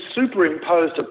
superimposed